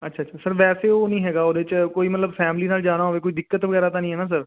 ਅੱਛਾ ਅੱਛਾ ਸਰ ਵੈਸੇ ਉਹ ਨਹੀਂ ਹੈਗਾ ਉਹਦੇ 'ਚ ਕੋਈ ਮਤਲਬ ਫੈਮਲੀ ਨਾਲ ਜਾਣਾ ਹੋਵੇ ਕੋਈ ਦਿੱਕਤ ਵਗੈਰਾ ਤਾਂ ਨਹੀਂ ਹੈ ਨਾ ਸਰ